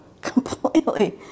completely